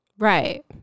Right